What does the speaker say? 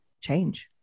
change